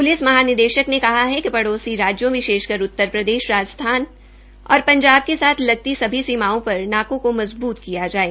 police महानिदेशक ने कहा है कि पडोसी राजयों विशेषकर उत्तरप्रदेश राजस्थान और पंजाब के साथ लगती सभी सीमाओं पर नाकों पर मज़बूत किया जाये